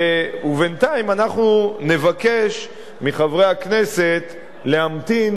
ובינתיים אנחנו נבקש מחברי הכנסת להמתין